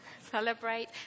Celebrate